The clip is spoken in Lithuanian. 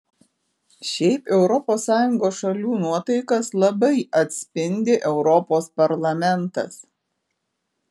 šiaip europos sąjungos šalių nuotaikas labai atspindi europos parlamentas